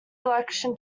election